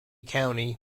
county